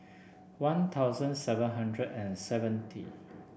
One Thousand seven hundred and seventy